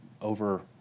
over